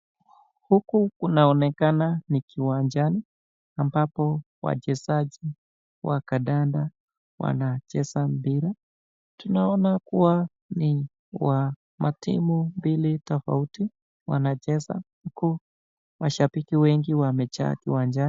Huku kunaonekana ni kiwanjani ambapo wachezaji wa kandanda wanacheza mpira, tunaona kuwa ni wa matimu mbili tofauti wanacheza, huku mashabiki wengi wamejaa kiwanjani.